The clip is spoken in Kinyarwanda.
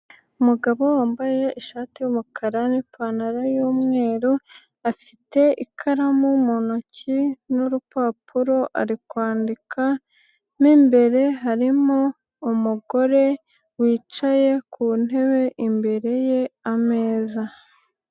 Umugabo wambaye ishati y'umukara n'ipantaro y'umweru, afite ikaramu mu ntoki n'urupapuro ari kwandika, imbere harimo umugore wicaye ku ntebe, imbere ye ameza.